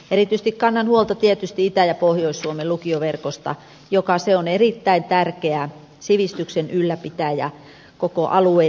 erityisesti kannan huolta tietysti itä ja pohjois suomen lukioverkosta joka on erittäin tärkeä sivistyksen ylläpitäjä koko alueelleen säteillen